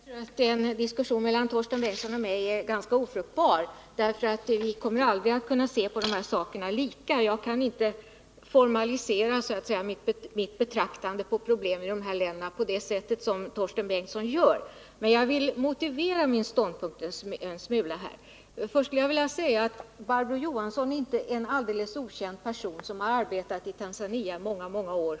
Herr talman! Jag tror att en diskussion mellan Torsten Bengtson och mig är ganska ofruktbar, eftersom vi aldrig kommer att kunna se lika på de här sakerna. Mitt sätt att betrakta problemen i dessa länder kan jag inte formalisera på det sätt som Torsten Bengtson gör. Men jag vill motivera min ståndpunkt. Jag vill åberopa Barbro Johansson, en inte alldeles okänd person, som arbetat i Tanzania i många år.